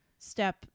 step